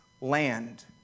land